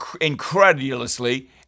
incredulously